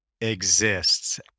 exists